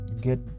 get